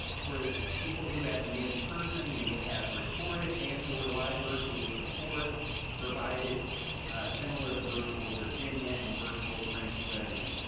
for people who have the in-person, we will have recorded and or live virtual support provided similar to virtual virginia and virtual prince william.